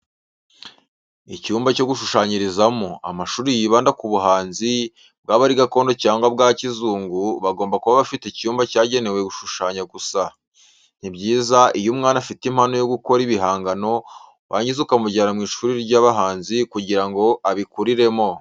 Icyumba cyo gushushanyirizamo. Amashuri yibanda ku buhanzi, bwaba ari gakondo cyangwa bwa kizungu, abagomba kuba afite icyumba cyagenewe gushushanya gusa. Ni byiza iyo umwana afite impano yo gukora ibihangano warangiza ukamujyana mu ishuri ry'abahanzi kugira ngo abikuriremo.